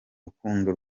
rukundo